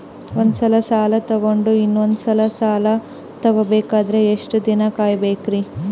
ಒಂದ್ಸಲ ಸಾಲ ತಗೊಂಡು ಇನ್ನೊಂದ್ ಸಲ ಸಾಲ ತಗೊಬೇಕಂದ್ರೆ ಎಷ್ಟ್ ದಿನ ಕಾಯ್ಬೇಕ್ರಿ?